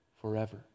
forever